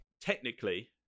technically